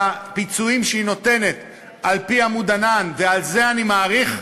ובפיצויים שהיא נותנת על-פי "עמוד ענן" ועל זה אני מעריך,